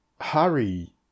Harry